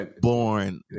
born